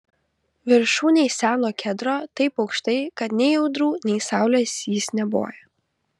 viršūnėj seno kedro taip aukštai kad nei audrų nei saulės jis neboja